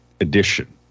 edition